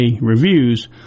reviews